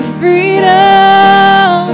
freedom